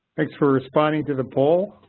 thanks for responding to the poll.